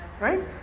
right